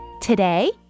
Today